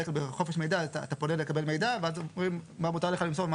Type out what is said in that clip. בדרך כלל בחופש המידע אתה פונה לקבל מידע ואז אומרים מה מותר לך למסור,